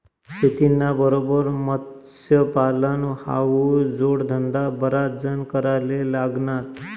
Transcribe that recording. शेतीना बरोबर मत्स्यपालन हावू जोडधंदा बराच जण कराले लागनात